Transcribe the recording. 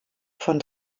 von